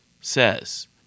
says